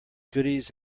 goodies